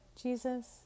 Jesus